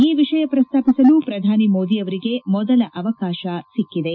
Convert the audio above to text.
ಈ ವಿಷಯ ಪ್ರಸ್ತಾಪಿಸಲು ಪ್ರಧಾನಿ ಮೋದಿ ಅವರಿಗೆ ಮೊದಲ ಅವಕಾಶ ಸಿಕ್ಕಿ ದೆ